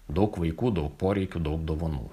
daug vaikų daug poreikių daug dovanų